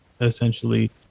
essentially